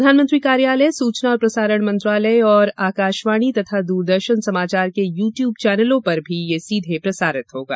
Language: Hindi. प्रधानमंत्री कार्यालय सूचना और प्रसारण मंत्रालय तथा आकाशवाणी और दूरदर्शन समाचार के यू ट्यूब चैनलों पर भी यह सीधे प्रसारित होगा